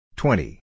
Twenty